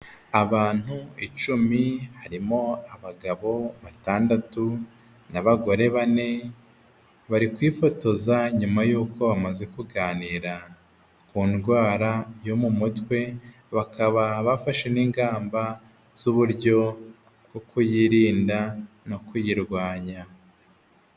Abantu icumi harimo abagabo batandatu n'abagore bane bari kwifotoza nyuma yuko bamaze kuganira ku ndwara yo mu mutwe bakaba bafashe n'ingamba z'uburyo bwo kuyirinda no kuyirwanya.